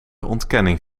ontkenning